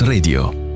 Radio